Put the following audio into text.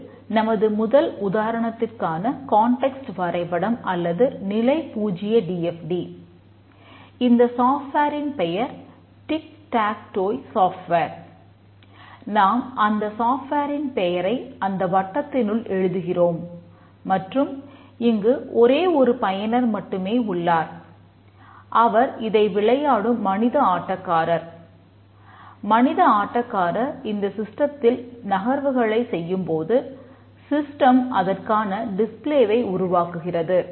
இது நமது முதல் உதாரணத்திற்காக கான்டெக்ஸ்ட் உருவாக்குகிறது